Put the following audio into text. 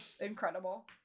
incredible